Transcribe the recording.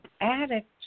addict